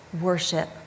worship